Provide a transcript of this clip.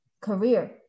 career